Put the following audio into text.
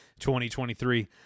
2023